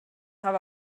habe